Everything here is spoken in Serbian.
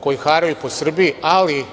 koji haraju po Srbiji, ali